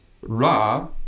ra